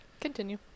Continue